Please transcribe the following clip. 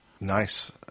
Nice